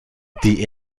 die